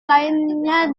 lainnya